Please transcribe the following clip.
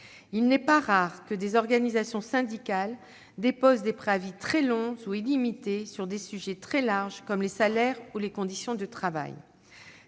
Il n'est pas rare que des organisations syndicales déposent des préavis très longs ou illimités sur des sujets très larges, comme les salaires ou les conditions de travail.